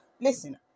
Listen